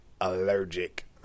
allergic